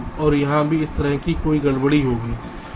और यहां भी इसी तरह की कोई गड़बड़ी होगी